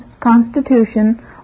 constitution